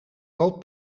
loopt